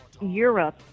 Europe